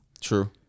True